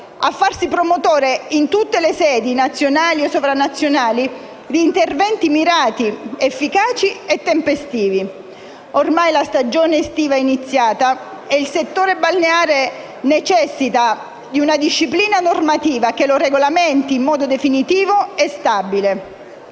a farsi promotore in tutte le sedi, nazionali e sovranazionali, di interventi mirati, efficaci e tempestivi. La stagione estiva è ormai iniziata e il settore balneare necessita di una disciplina normativa che lo regolamenti in modo definitivo e stabile.